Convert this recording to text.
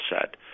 set